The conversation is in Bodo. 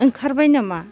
ओंखारबाय नामा